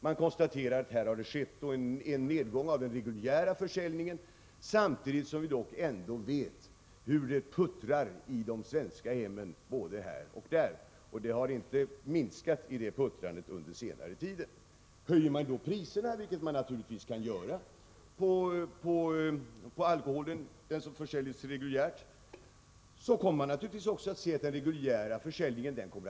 Man konstaterar att det har skett en nedgång av den reguljära försäljningen, samtidigt som vi ändå vet hur det puttrar i de svenska hemmen både här och där. Och det puttrandet har inte minskat under senare tid. Höjer man då priserna, vilket man naturligtvis kan göra, på den alkohol som försäljs reguljärt, kommer man också att se att den reguljära försäljningen minskar.